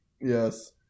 Yes